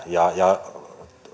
ja ja